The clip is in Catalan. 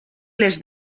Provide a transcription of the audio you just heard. les